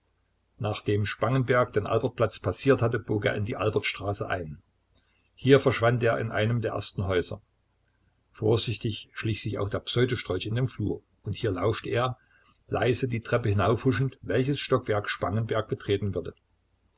nachdem spangenberg den albertplatz passiert hatte bog er in die albertstraße ein hier verschwand er in einem der ersten häuser vorsichtig schlich sich auch der pseudo strolch in den flur und hier lauschte er leise die treppe hinaufhuschend welches stockwerk spangenberg betreten würde